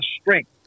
strength